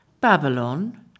Babylon